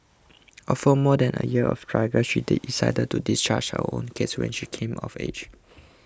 after more than a year of struggle she decided to discharge her own case when she came of age